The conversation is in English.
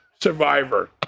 survivor